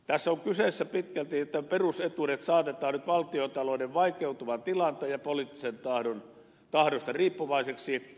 tässä on kyseessä pitkälti että perusetuudet saatetaan nyt valtiontalouden vaikeutuvasta tilanteesta ja poliittisesta tahdosta riippuvaisiksi